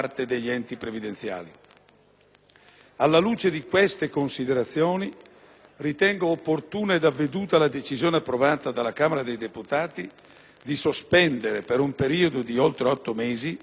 Alla luce di queste considerazioni, ritengo opportuna ed avveduta la decisione approvata dalla Camera dei deputati di sospendere per un periodo di oltre otto mesi (fino al 30 giugno 2009)